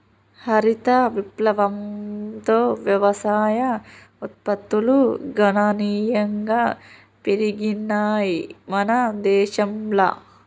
హరిత విప్లవంతో వ్యవసాయ ఉత్పత్తులు గణనీయంగా పెరిగినయ్ మన దేశంల